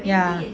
ya